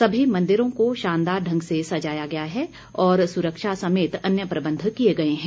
सभी मंदिरों को शानदार ढंग से सजाया गया है और सुरक्षा समेत अन्य प्रबंध किये गए हैं